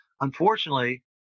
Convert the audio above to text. Unfortunately